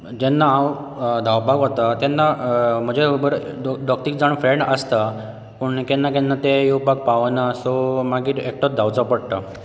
जेन्ना हांव धांवपाक वता तेन्ना म्हज्या बरोबर दोग तीग जाण फ्रेंड आसता पूण केन्ना केन्ना ते येवपाक पावना सो मागीर एकटोच धांवचो पडटा